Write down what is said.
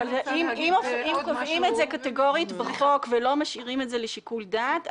אבל אם קובעים את זה קטגורית בחוק ולא משאירים את זה לשיקול דעת,